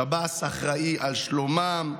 שב"ס אחראי לשלומם,